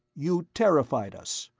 you terrified us.